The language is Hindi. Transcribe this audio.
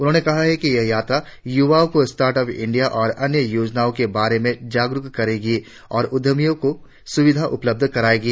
उन्होंने कहा कि यह यात्रा युवाओं को स्टार्टअप इंडिया और अन्य योजनाओं के बारे में जागरुक करेगी और उद्यमियों को सुविधाएं उपलब्ध करायेगी